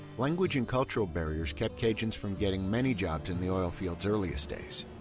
language and cultural barriers kept cajuns from getting many jobs in the oil field's earliest days.